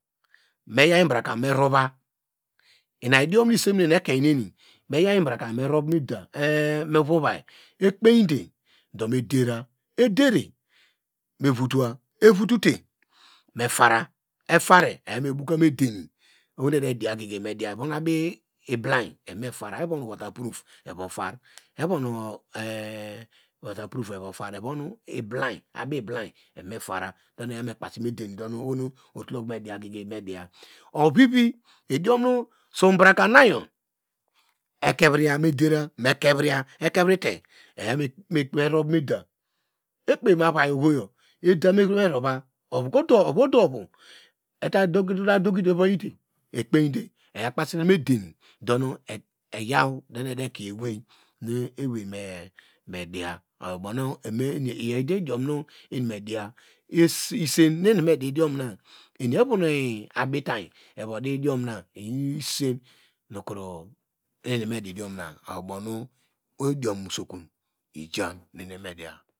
Meyan ibraka me rova ina idiom nu isamine nu ekein nene, meyan ibraka me rove me daw, mu vuvai ekpeide me dera, edere me votuwa evotute me fara, efara eyame boka mu edeni ohonu edediye do medi ye evono abiblainy eve me fara, evon waterproof evu tar do nu eya me kpasi me deni, dono ohono etol te okonu mediya gege mediya, ovivi sobrakunayo mekuvriye medeva eya me rovc meda ekpeyi mu avai ohoyo ede merovai ovu odovu, uta dokivayite ekpide kpasite mu edeni donu eyaw mekie ewei nuewei midiye oyo obow ne ede ediom nu ewei me diya isen ni eni evomc didiom na evon abitany, lyinu ise nu evame didiom yor.